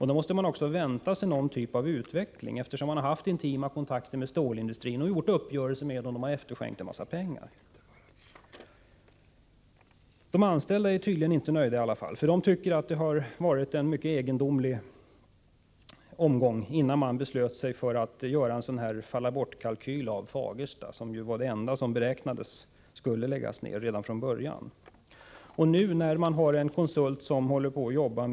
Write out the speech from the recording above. Då måste man väl vänta sig någon typ av utveckling. Man har ju haft intima kontakter med stålindustrin. Man har gjort uppgörelser och efterskänkt en mängd pengar. Det är tydligt att i varje fall de anställda inte är nöjda. De tycker att det har varit en mycket egendomlig omgång, innan man beslöt sig för en sådan här ”falla bortkalkyl” när det gäller verksamheten i Fagersta — som man ju redan från början räknade med att lägga ned. Nu har man en konsult som jobbar med en variant.